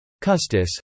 Custis